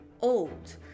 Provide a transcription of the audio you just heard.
old